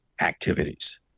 activities